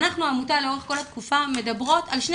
העמותה לאורך כל התקופה מדברות על שני